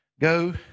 Go